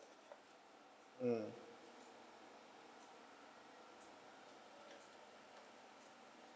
um